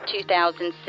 2006